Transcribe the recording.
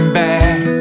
back